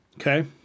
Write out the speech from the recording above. Okay